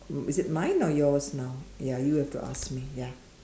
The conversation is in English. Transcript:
um is it mine or yours now ya you have to ask me ya